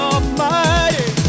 Almighty